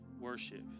worship